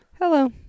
Hello